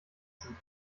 sind